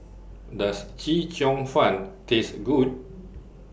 Does Chee Cheong Fun Taste Good